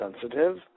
sensitive